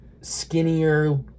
skinnier